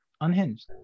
unhinged